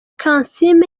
kansiime